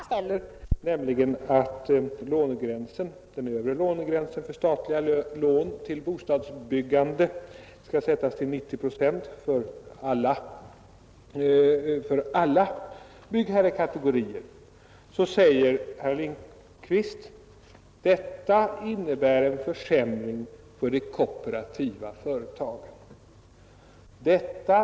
Fru talman! Jag vill till att börja med säga att jag delar många av de åsikter som herr Lindkvist har framfört beträffande medinflytande för hyresgäster. Men när det gäller en annan del av hans inlägg måste jag replikera på ett annorlunda sätt. Jag avser hans uttalande med anledning av det krav vi ställer att den övre lånegränsen för statliga lån till bostadsbyggandet skall sättas till 90 procent för alla byggherrekategorier.